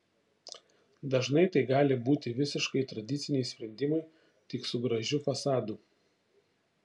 dažnai tai gali būti visiškai tradiciniai sprendimai tik su gražiu fasadu